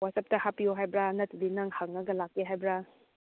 ꯋꯥꯆꯞꯇ ꯍꯥꯞꯄꯤꯌꯣ ꯍꯥꯏꯕ꯭ꯔꯥ ꯅꯠꯇ꯭ꯔꯗꯤ ꯅꯪ ꯍꯪꯂꯒ ꯂꯥꯛꯀꯦ ꯍꯥꯏꯕ꯭ꯔꯥ